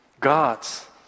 God's